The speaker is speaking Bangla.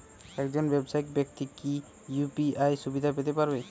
একজন ব্যাবসায়িক ব্যাক্তি কি ইউ.পি.আই সুবিধা পেতে পারে?